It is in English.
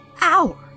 hour